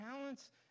talents